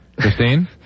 Christine